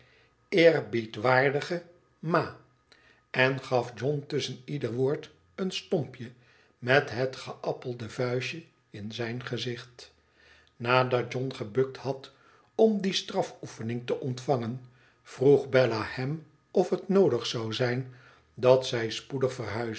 eerbiedwaardige ma en gaf john tusschen ieder woord een stompje roet het geappelde vuistje in zijn gezicht nadat john gebukt had om die strafoefening te ontvangen vroeg bella hem of het noodig zou zijn dat zij spoedig